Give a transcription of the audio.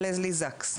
תהילה ליזקס.